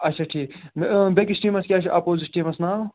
اچھا ٹھیٖک بیٚیہِ کِس ٹیٖمَس کیٛاہ چھُ اَپوزِٹ ٹیٖمَس ناو